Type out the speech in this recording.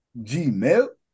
Gmail